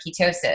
ketosis